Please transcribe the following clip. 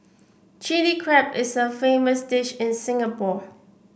Chilli Crab is a famous dish in Singapore